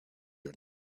your